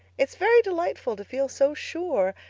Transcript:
it's very delightful to feel so sure,